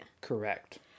Correct